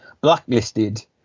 blacklisted